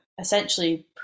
essentially